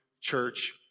church